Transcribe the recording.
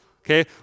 Okay